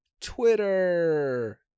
Twitter